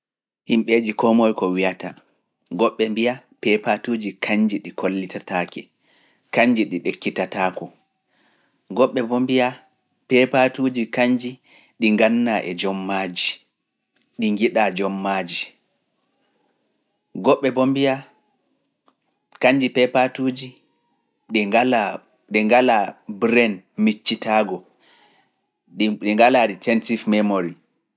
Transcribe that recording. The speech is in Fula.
Himɓeeji koo moye ko wiata, goɓɓe mbiya peepatuuji kañji ɗi kollitataake, kañji ɗi ɗe kitataako, goɓɓe mbo mbiya peepatuuji kañji ɗi ngannaa e jommaaji, ɗi ngalaa ɗi ngalaa brain miccitaago, ɗi ngalaa ɗi sensitive memory.